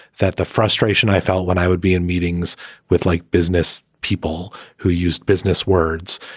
that the frustration i felt when i would be in meetings with like business people who used business words.